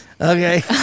Okay